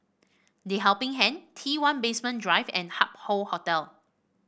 The Helping Hand one Basement Drive and Hup Hoe Hotel